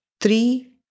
three